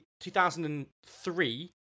2003